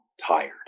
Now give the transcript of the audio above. tired